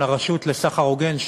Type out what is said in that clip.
לרשות לסחר הוגן,